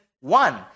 one